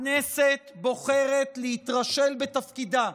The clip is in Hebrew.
הכנסת בוחרת להתרשל בתפקידה.